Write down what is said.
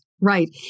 right